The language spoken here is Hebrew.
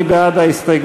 מי בעד ההסתייגויות?